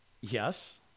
Yes